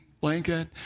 blanket